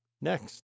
Next